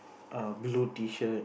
a blue t-shirt